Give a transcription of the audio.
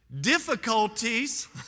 Difficulties